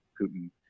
Putin